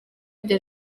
bya